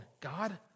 God